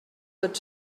tot